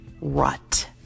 rut